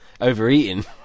Overeating